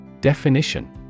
Definition